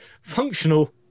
functional